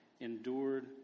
endured